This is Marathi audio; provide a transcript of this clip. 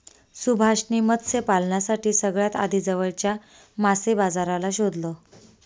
सुभाष ने मत्स्य पालनासाठी सगळ्यात आधी जवळच्या मासे बाजाराला शोधलं